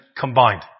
combined